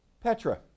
Petra